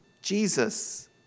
Jesus